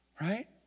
Right